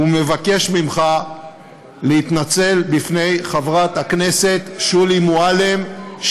ומבקש ממך להתנצל בפני חברת הכנסת שולי מועלם,